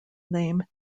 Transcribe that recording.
name